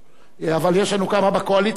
אבל יש לנו כמה בקואליציה, ברוך השם.